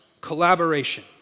collaboration